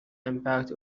impact